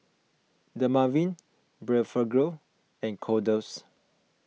Dermaveen Blephagel and Kordel's